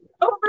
over